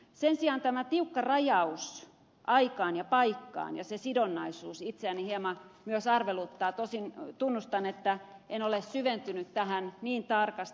sen sijaan tämä tiukka rajaus aikaan ja paikkaan ja se sidonnaisuus itseäni hieman myös arveluttaa tosin tunnustan että en ole syventynyt tähän niin tarkasti